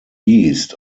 east